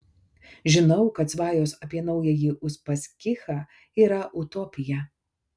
žinau kad svajos apie naująjį uspaskichą yra utopija